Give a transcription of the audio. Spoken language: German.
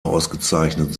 ausgezeichnet